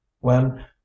when